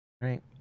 right